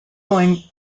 going